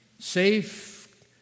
safe